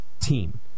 team